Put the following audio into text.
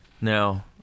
Now